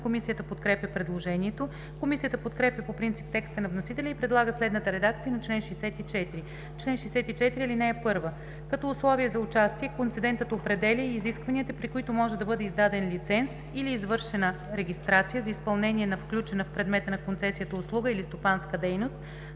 Комисията подкрепя предложението. Комисията подкрепя по принцип текста на вносителя и предлага следната редакция на чл. 64: „Чл. 64 (1) Като условия за участие концедентът определя и изискванията, при които може да бъде издаден лиценз или извършена регистрация за изпълнение на включена в предмета на концесията услуга или стопанска дейност,